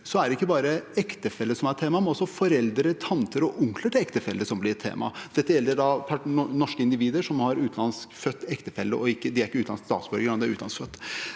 er det ikke bare ektefelle som er tema, men også foreldre, tanter og onkler til ektefelle blir tema. Dette gjelder norske individer som har utenlandskfødt ektefelle – de er ikke utenlandske statsborgere, men utenlandsk født.